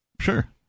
Sure